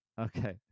Okay